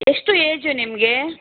ಎಷ್ಟು ಏಜು ನಿಮಗೆ